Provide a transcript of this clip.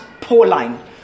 Pauline